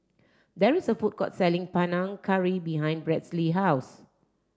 there is a food court selling Panang Curry behind Bradly house